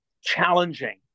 challenging